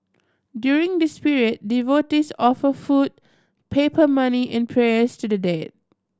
during this period devotees offer food paper money and prayers to the dead